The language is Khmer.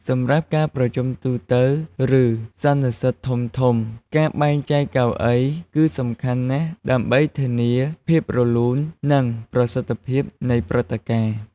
សម្រាប់ការប្រជុំទូទៅ ឬសន្និសីទធំៗ ការបែងចែកកៅអីគឺសំខាន់ណាស់ ដើម្បីធានាភាពរលូន និងប្រសិទ្ធភាពនៃព្រឹត្តិការណ៍។